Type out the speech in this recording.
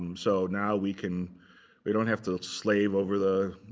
um so now, we can we don't have to slave over the